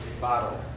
bottle